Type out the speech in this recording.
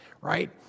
right